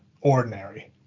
ordinary